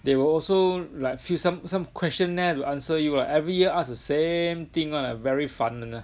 they will also like fill some some questionaire to answer you ah every year ask the same thing [one] ah very 烦人啊